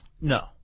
No